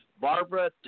Barbara